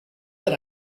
that